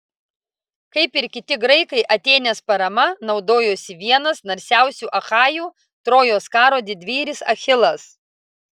kaip ir kiti graikai atėnės parama naudojosi vienas narsiausių achajų trojos karo didvyris achilas